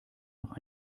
noch